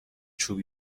چوب